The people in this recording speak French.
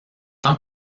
tant